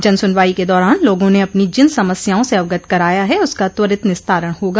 जन सुनवाई के दौरान लोगों ने अपनी जिन समस्याओं से अवगत कराया है उसका त्वरित निस्तारण होगा